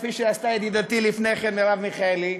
כפי שעשתה ידידתי מרב מיכאלי,